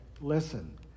Listen